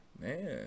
man